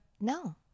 No